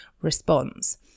response